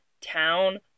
town